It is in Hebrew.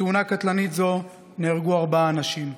בתאונה קטלנית זו נהרגו ארבעה אנשים.